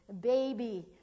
baby